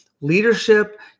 Leadership